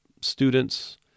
students